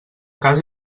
cas